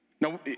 Now